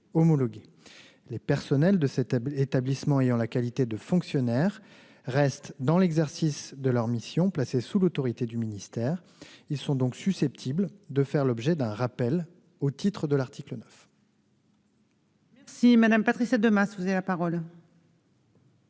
Les personnels de cet établissement ayant la qualité de fonctionnaire restent, dans l'exercice de leur mission, placés sous l'autorité du ministère ; ils sont donc susceptibles de faire l'objet d'un rappel au titre de l'article 9. La parole est à Mme Patricia Demas, auteure de la